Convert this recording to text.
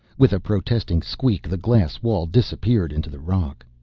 with a protesting squeak, the glass wall disappeared into the rock.